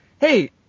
hey